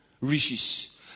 riches